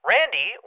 Randy